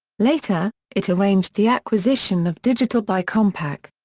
later, it arranged the acquisition of digital by compaq.